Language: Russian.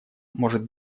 может